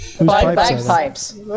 bagpipes